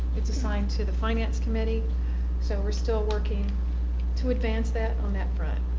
it's assigned to the finance committee so we're still working to advance that on that front.